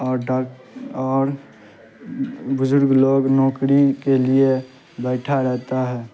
اور ڈاک اور بزرگ لوگ نوکری کے لیے بیٹھا رہتا ہے